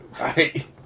right